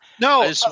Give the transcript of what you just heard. No